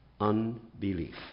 unbelief